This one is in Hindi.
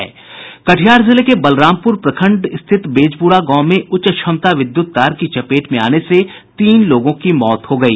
कटिहार जिले के बलरामपुर प्रखंड स्थित बेजपुरा गांव में उच्च क्षमता विद्युत तार की चपेट में आने से तीन लोगों की मौत हो गयी